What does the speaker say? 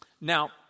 Now